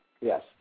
Yes